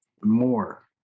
more